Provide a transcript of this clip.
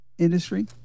industry